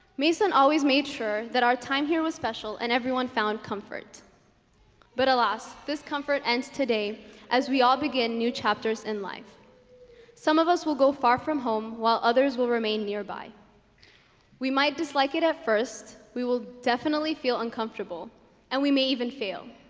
mason always made sure that our time here was special and everyone found comfort but alas this comfort ends today as we all begin new chapters in life some of us will go far from home while others will remain nearby we might dislike it at first. we will definitely feel uncomfortable and we may even fail